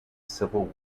civil